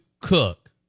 cook